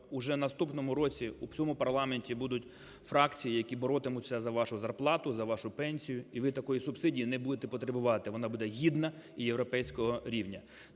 уже в наступному році в цьому парламенті будуть фракції, які боротимуться за вашу зарплату, за вашу пенсію, і ви такої субсидії не будете потребувати, вона буде гідна і європейського рівня.